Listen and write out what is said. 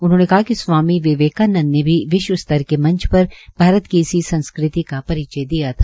उन्होंने कहा कि स्वामी विवेकांनंद ने भी विश्व स्तर के मंच पर भारत की इसी संस्कृति का परिचय दिया था